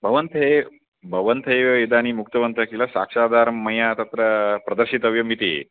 भवत्यै भवत्यैव इदानीम् उक्तवन्तः किल साक्षाधारं मया तत्र प्रदर्शितव्यम् इति